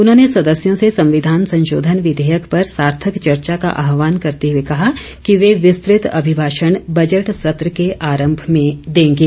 उन्होंने सदस्यों से संविधान संशोधन विघेयक पर सार्थक चर्चा का आहवान करते हुए कहा कि र्वे विस्तृत अभिभाषण बजट सत्र के आरम्भ में देंगे